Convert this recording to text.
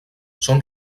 són